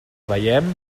veiem